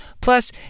Plus